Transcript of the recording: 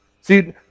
See